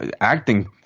acting